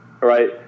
Right